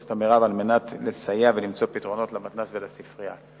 את המירב על מנת לסייע ולמצוא פתרונות למתנ"ס ולספרייה.